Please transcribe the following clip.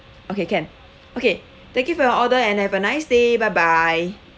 okay can okay thank you for your order and have a nice day bye bye